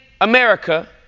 America